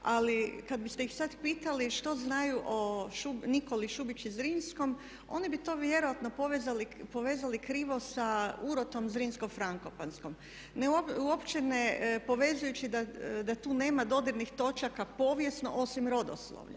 Ali kada biste ih sada pitali što znaju u Nikoli Šubić Zrinskom oni bi to vjerojatno povezali krivo sa urotom Zrinsko Frankopanskom, uopće ne povezujući da tu nema dodirnih točaka povijesno osim rodoslovlja.